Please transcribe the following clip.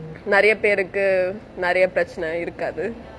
நெறய பேருக்கு நெறய பிரச்சணை இருக்காது:neraiya peruku neraiya pirachanai irukaathu